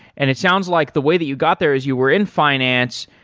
and it sounds like the way that you got there is you were in finance,